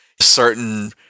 certain